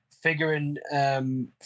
figuring